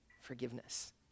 Forgiveness